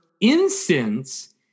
incense